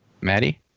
Maddie